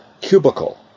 cubicle